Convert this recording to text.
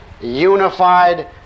unified